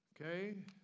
Okay